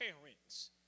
parents